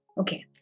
Okay